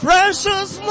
Precious